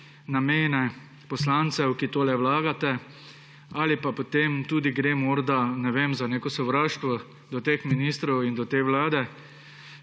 namene poslancev, ki tole vlagate, ali pa morda tudi gre za neko sovraštvo do teh ministrov in do te vlade.